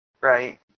Right